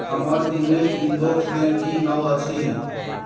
हमर ईमेल इनबॉक्समे की नव अछि